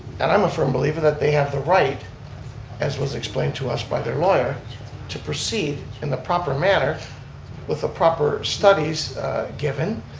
and i'm a firm believer that they have the right as was explained to us their lawyer to proceed in the proper manner with the proper studies given,